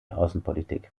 außenpolitik